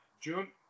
June